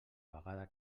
vegada